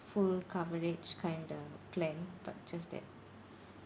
full coverage kind of plan but just that